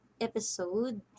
episode